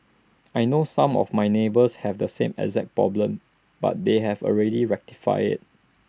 I know some of my neighbours have the same exact problem but they have already rectified IT